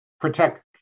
protect